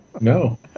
No